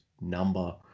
number